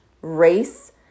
race